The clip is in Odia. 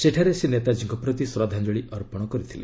ସେଠାରେ ସେ ନେତାଜୀଙ୍କ ପ୍ରତି ଶ୍ରଦ୍ଧାଞ୍ଜଳୀ ଅର୍ପଣ କରିଥିଲେ